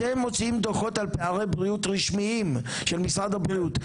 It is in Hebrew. אתם מוציאים דוחות על פערי בריאות רשמיים של משרד הבריאות,